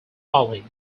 ali